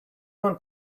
want